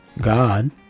God